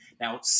Now